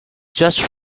just